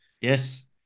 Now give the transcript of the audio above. Yes